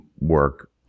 work